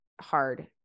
hard